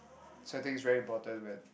so I think it's very important when